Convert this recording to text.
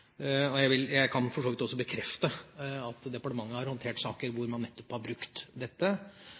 visum. Jeg vil understreke det. Jeg kan for så vidt også bekrefte at departementet har håndtert saker hvor man nettopp har brukt dette,